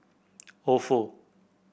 Ofo